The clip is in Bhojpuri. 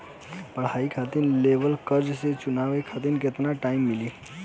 पढ़ाई खातिर लेवल कर्जा के चुकावे खातिर केतना टाइम मिली?